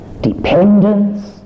dependence